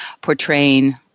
portraying